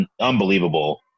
unbelievable